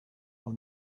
will